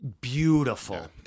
Beautiful